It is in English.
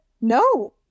no